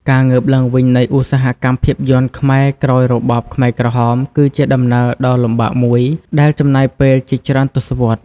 ការងើបឡើងវិញនៃឧស្សាហកម្មភាពយន្តខ្មែរក្រោយរបបខ្មែរក្រហមគឺជាដំណើរដ៏លំបាកមួយដែលចំណាយពេលជាច្រើនទសវត្សរ៍។